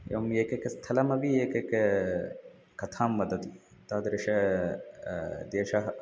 एवम् एकैकस्थलमपि एकैककथां वदति तादृशः देशः